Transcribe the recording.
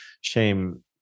shame